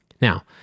Now